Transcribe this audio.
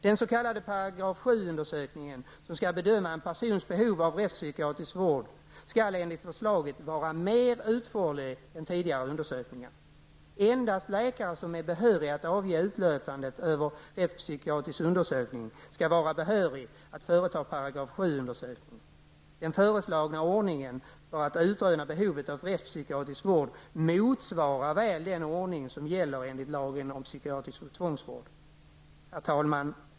Den s.k. § 7-undersökningen som skall bedöma en persons behov av rättspsykiatrisk vård skall enligt förslaget vara mer utförlig än tidigare undersökningar. Endast läkare som är behöriga att avge utlåtande över rättspsykiatrisk undersökning skall vara behörig att företa en § 7-undersökning. Den föreslagna ordningen för att utröna behovet av rättspsykiatrisk vård motsvarar väl den ordning som gäller enligt lagen om psykiatrisk tvångsvård. Herr talman!